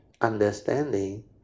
understanding